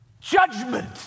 Judgment